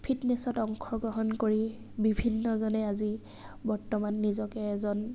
ফিটনেছত অংশগ্ৰহণ কৰি বিভিন্নজনে আজি বৰ্তমান নিজকে এজন